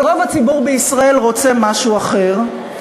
אבל רוב הציבור בישראל רוצה משהו אחר,